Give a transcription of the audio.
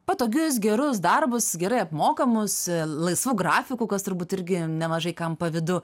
patogius gerus darbus gerai apmokamus laisvu grafiku kas turbūt irgi nemažai kam pavydu